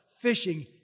fishing